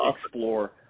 explore